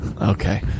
Okay